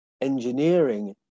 engineering